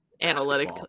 Analytic